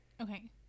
okay